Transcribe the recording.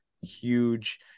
huge